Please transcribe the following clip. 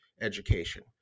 education